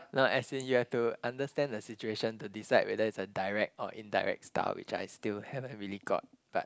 no as in you have to understand the situation to decide whether it's a direct or indirect style which I still haven't really got but